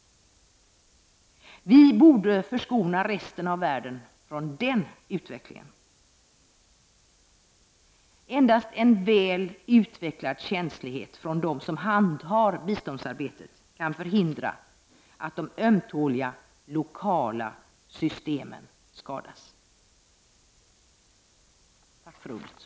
Vi borde förskona resten av världen från den utvecklingen. Endast en väl utvecklad känslighet från dem som handhar biståndsarbetet kan förhindra att de ömtåliga lokala systemen skadas. Tack för ordet.